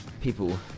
people